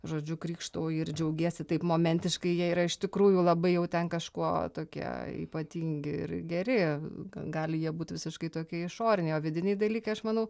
žodžiu krykštauji ir džiaugiesi taip momentiškai jie yra iš tikrųjų labai jau ten kažkuo tokie ypatingi ir geri gan gali jie būt visiškai tokie išoriniai o vidiniai dalykai aš manau